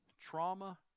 trauma